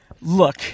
Look